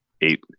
eight